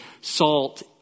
salt